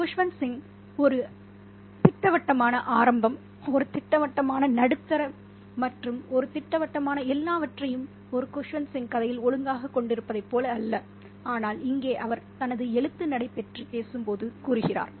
குஷ்வந்த் சிங் ஒரு திட்டவட்டமான ஆரம்பம் ஒரு திட்டவட்டமான நடுத்தர மற்றும் ஒரு திட்டவட்டமான எல்லாவற்றையும் ஒரு குஷ்வந்த் சிங் கதையில் ஒழுங்காகக் கொண்டிருப்பதைப் போல அல்ல ஆனால் இங்கே அவர் தனது எழுத்து நடை பற்றி பேசும்போது கூறுகிறார்